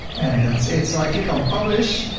and that's it. so i click on publish